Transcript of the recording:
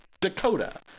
Dakota